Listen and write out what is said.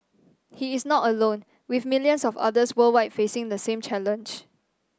he is not alone with millions of others worldwide facing the same challenge